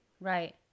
Right